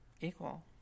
Equal